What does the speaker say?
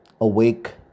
awake